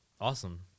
awesome